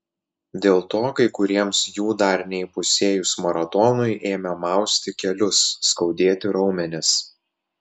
dėl to kai kuriems jų dar neįpusėjus maratonui ėmė mausti kelius skaudėti raumenis